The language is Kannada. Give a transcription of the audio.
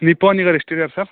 ನಿಪ್ಪೋನಿಗಾರೆ ಎಷ್ಟಿದೆ ಸರ್